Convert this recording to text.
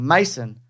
Mason